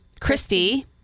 Christy